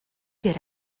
get